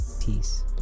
peace